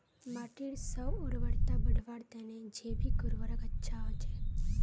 माटीर स्व उर्वरता बढ़वार तने जैविक उर्वरक अच्छा होचे